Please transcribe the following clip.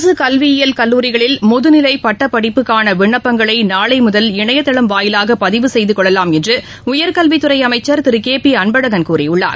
அரசு கல்வியியல் கல்லூரிகளில் முதநிலை பட்டப் படிப்புக்கான விண்ணப்பங்களை நாளை முதல் இணைய தளம் வாயிலாக பதிவு செய்து கொள்ளலாம் என்று உயர்கல்வித் துறை அமைச்சர் திரு கே பி அன்பழகன் கூறியுள்ளார்